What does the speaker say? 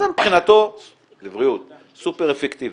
זה מבחינתו סופר אפקטיבי,